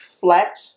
flat